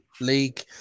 League